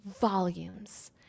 volumes